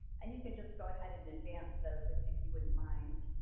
and you can just go ahead and advance those, if if you wouldn't mind.